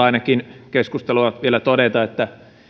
ainakin loppupuolella keskustelua vielä todeta että